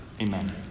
Amen